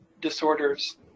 disorders